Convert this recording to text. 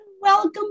welcome